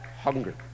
hunger